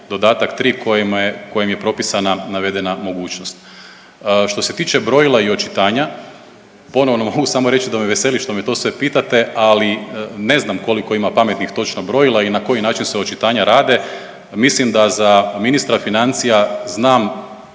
dodatak 3 kojim je propisana navedena mogućnost. Što se tiče brojila i očitanja ponovno mogu samo reći da me veseli što me sve to pitate, ali ne znam koliko ima pametnih točno brojila i na koji način se očitanja rade. Mislim da za ministra financija znam